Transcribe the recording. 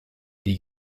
die